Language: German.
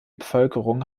bevölkerung